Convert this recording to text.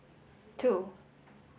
two